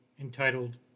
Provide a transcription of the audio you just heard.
entitled